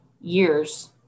years